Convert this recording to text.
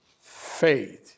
faith